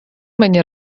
мені